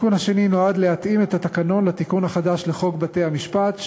התיקון השני נועד להתאים את התקנון לתיקון החדש לחוק בתי-המשפט,